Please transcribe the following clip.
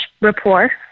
rapport